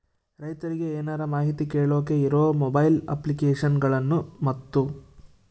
ರೈತರಿಗೆ ಏನರ ಮಾಹಿತಿ ಕೇಳೋಕೆ ಇರೋ ಮೊಬೈಲ್ ಅಪ್ಲಿಕೇಶನ್ ಗಳನ್ನು ಮತ್ತು?